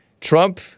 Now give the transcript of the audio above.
Trump